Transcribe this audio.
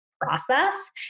process